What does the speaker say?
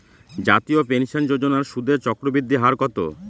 জাতীয় পেনশন যোজনার সুদের চক্রবৃদ্ধি হার কত?